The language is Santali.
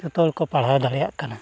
ᱡᱚᱛᱚ ᱦᱚᱲ ᱠᱚ ᱯᱟᱲᱦᱟᱣ ᱫᱟᱲᱮᱭᱟᱜ ᱠᱟᱱᱟ